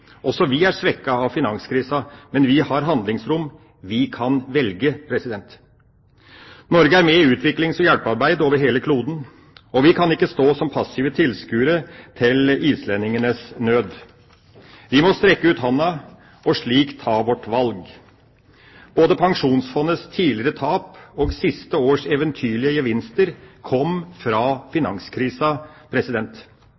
Også vi er svekket av finanskrisa, men vi har handlingsrom. Vi kan velge. Norge er med i utviklings- og hjelpearbeid over hele kloden, og vi kan ikke stå som passive tilskuere til islendingenes nød. Vi må strekke ut handa – og slik ta vårt valg. Både Pensjonsfondets tidligere tap og siste års eventyrlige gevinster kom fra